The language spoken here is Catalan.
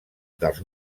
dels